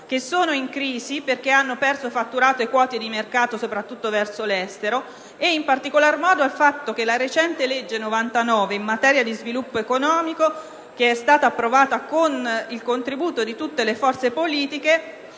che sono in crisi perché hanno perso fatturato e quote di mercato soprattutto verso l'estero, e in particolar modo al fatto che la legge n. 99 del 2009 in materia di sviluppo economico, approvata con il contributo di tutte le forze politiche,